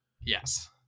Yes